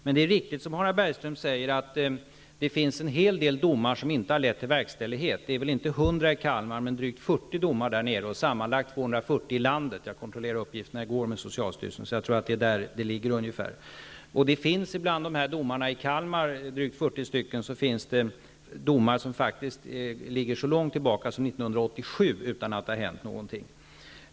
Men det är riktigt som Harald Bergström säger att en hel del domar inte har lett till verkställighet. Det är väl inte hundra i Kalmar, men väl ett fyrtiotal. Det är sammanlagt 240 i landet enligt uppgifter som jag i går fick från socialstyrelsen. Av de 40 domarna i Kalmar ligger några så långt tillbaka i tiden som 1987 utan att det har hänt någonting.